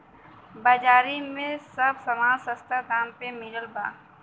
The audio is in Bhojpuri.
बाजारी में सब समान सस्ता दाम पे मिलत बा